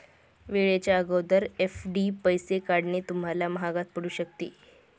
वेळेच्या अगोदर एफ.डी पैसे काढणे तुम्हाला महागात पडू शकते